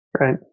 Right